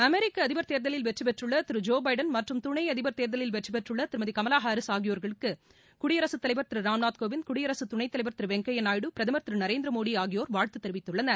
அமெரிக்க அதிபர் தேர்தலில் வெற்றி பெற்றுள்ள திரு ஜோ பைடன் மற்றும் துணை அதிபர் தேர்தலில் வெற்றி பெற்றுள்ள திருமதி கமலா ஹாரிஸ் ஆகியோருக்கு குடியரசுத் தலைவர் திரு ராம்நாத் கோவிந்த் குடியரசு துணைத்தலைவர் திரு வெங்கையா நாயுடு பிரதமர் திரு நரேந்திர மோடி ஆகியோர் வாழ்த்து தெரிவித்துள்ளனர்